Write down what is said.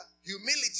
humility